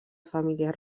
família